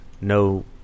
no